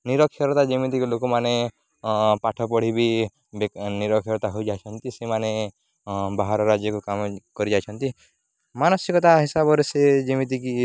ନିରକ୍ଷରତା ଯେମିତିକି ଲୋକମାନେ ପାଠ ପଢ଼ି ବି ନିରକ୍ଷରତା ହୋଇଯାଇଛନ୍ତି ସେମାନେ ବାହାର ରାଜ୍ୟକୁ କାମ କରିଯାଇଛନ୍ତି ମାନସିକତା ହିସାବରେ ସେ ଯେମିତିକି